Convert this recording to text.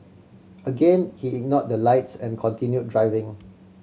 again he ignored the lights and continued driving